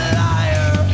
liar